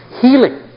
healing